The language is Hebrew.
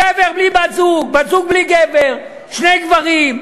גבר בלי בת-זוג, בת-זוג בלי גבר, שני גברים.